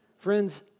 Friends